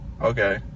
Okay